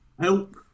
help